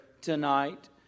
tonight